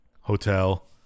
hotel